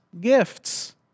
gifts